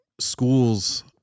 schools